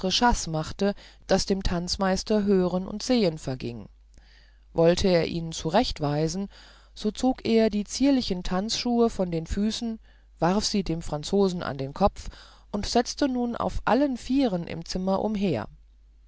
machte daß dem tanzmeister hören und sehen verging wollte er ihn zurechtweisen so zog er die zierlichen tanzschuhe von den füßen warf sie dem franzosen an den kopf und setzte nun auf allen vieren im zimmer umher